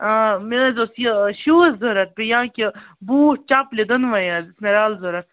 مےٚ حظ اوس یہِ شوٗز ضوٚرَتھ یا کہِ بوٗٹھ چَپلہِ دۄنوٕے حظ رَلہٕ ضوٚرَتھ